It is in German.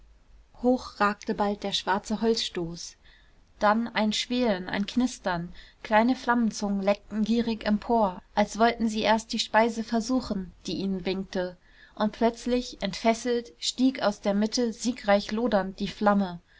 hoch ragte bald der schwarze holzstoß dann ein schwelen ein knistern kleine flammenzungen leckten gierig empor als wollten sie erst die speise versuchen die ihnen winkte und plötzlich entfesselt stieg aus der mitte siegreich lodernd die flamme